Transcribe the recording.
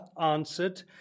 answered